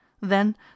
Then